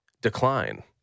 decline